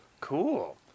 Cool